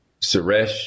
Suresh